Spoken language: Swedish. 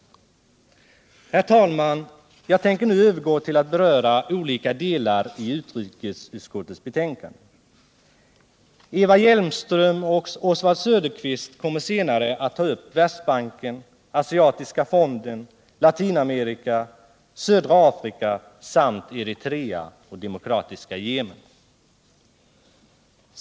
Herr talman! Jag tänker nu övergå till att beröra olika delar i utrikesutskottets betänkande. Eva Hjelmström och Oswald Söderqvist kommer senare att ta upp Världsbanken, Asiatiska utvecklingsbanken, Latinamerika och södra Afrika samt Eritrea och Demokratiska folkrepubliken Yemen.